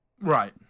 Right